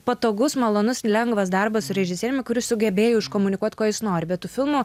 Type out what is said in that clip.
patogus malonus lengvas darbas su režisieriumi kuris sugebėjo iškomunikuot ko jis nori bet tų filmų